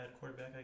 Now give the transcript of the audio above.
quarterback